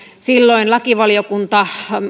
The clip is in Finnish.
silloin lakivaliokunta